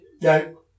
No